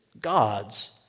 God's